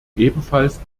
ebenfalls